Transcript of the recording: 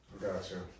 Gotcha